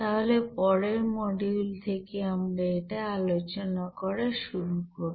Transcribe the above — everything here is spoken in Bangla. তাহলে পরের মডিউল থেকে আমরা এটা আলোচনা করা শুরু করব